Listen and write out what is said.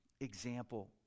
example